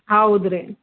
ಹೌದ್ರಿ